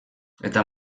eta